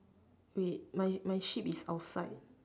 wait my my sheep is outside